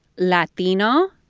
latino,